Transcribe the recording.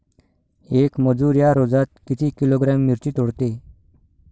येक मजूर या रोजात किती किलोग्रॅम मिरची तोडते?